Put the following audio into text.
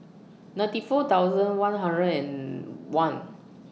ninety four thousand one hundred and one